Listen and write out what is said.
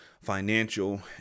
financial